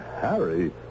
Harry